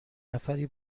نفری